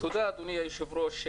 תודה, אדוני היושב-ראש.